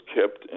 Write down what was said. kept